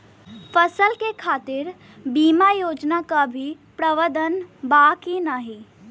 फसल के खातीर बिमा योजना क भी प्रवाधान बा की नाही?